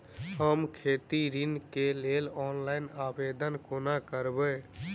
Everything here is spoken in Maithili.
हम खेती ऋण केँ लेल ऑनलाइन आवेदन कोना करबै?